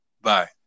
Bye